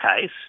case